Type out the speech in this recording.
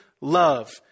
love